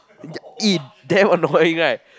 you are eh damn annoying right